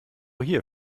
hier